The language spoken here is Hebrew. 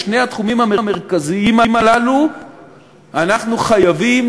בשני התחומים המרכזיים הללו אנחנו חייבים